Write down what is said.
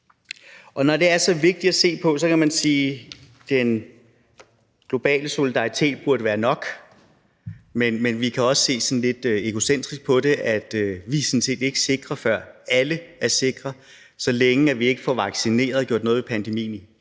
Det er så vigtigt at se på, og man kan sige, at den globale solidaritet burde være nok, men vi kan også se lidt egocentrisk på det og sige, at vi sådan set ikke er sikre, før alle er sikre. Så længe vi ikke får vaccineret og gjort noget ved pandemien